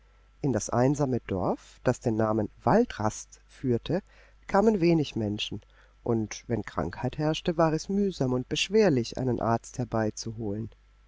in das einsame dorf das den namen waldrast führte kamen wenig menschen und wenn krankheit herrschte war es mühsam und beschwerlich einen arzt herbeizuholen